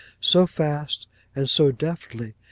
so fast and so deftly,